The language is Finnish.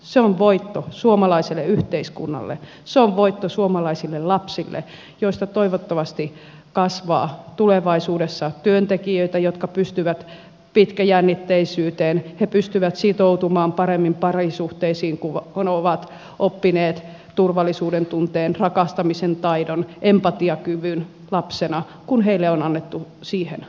se on voitto suomalaiselle yhteiskunnalle se on voitto suomalaisille lapsille joista toivottavasti kasvaa tulevaisuudessa työntekijöitä jotka pystyvät pitkäjännitteisyyteen he pystyvät sitoutumaan paremmin parisuhteisiin kun ovat oppineet turvallisuudentunteen rakastamisen taidon empatiakyvyn lapsena kun heille on annettu siihen mahdollisuus